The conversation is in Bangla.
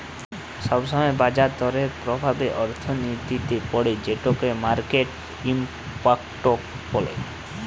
সব সময় বাজার দরের প্রভাব অর্থনীতিতে পড়ে যেটোকে মার্কেট ইমপ্যাক্ট বলে